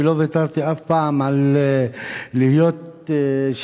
ולא ויתרתי אף פעם על להיות שם,